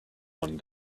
one